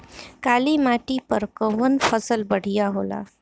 काली माटी पर कउन फसल बढ़िया होला?